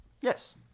Yes